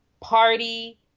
party